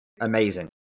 amazing